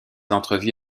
entrevues